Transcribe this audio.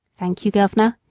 thank you, governor,